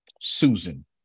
Susan